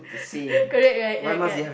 correct right ya correct